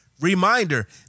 Reminder